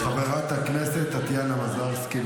חברת הכנסת טטיאנה מזרסקי,